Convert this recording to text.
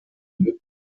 lücken